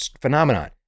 phenomenon